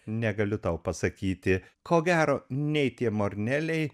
negaliu tau pasakyti ko gero nei tie morneliai